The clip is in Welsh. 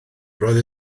roedd